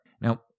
Now